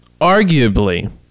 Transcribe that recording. arguably